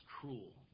cruel